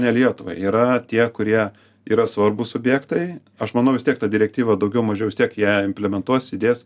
ne lietuvą yra tie kurie yra svarbūs objektai aš manau vis tiek tą direktyvą daugiau mažiau vis tiek ją implementuos įdės